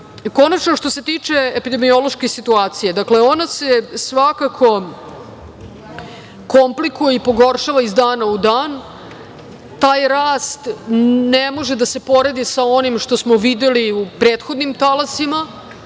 što se tiče epidemiološke situacije, dakle, ona se svakako komplikuje i pogoršava iz dana u dan, taj rast ne može da se poredi sa onim što smo videli u prethodnim talasima